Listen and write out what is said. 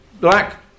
black